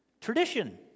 Tradition